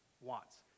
wants